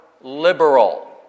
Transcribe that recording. liberal